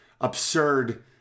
absurd